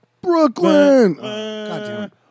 Brooklyn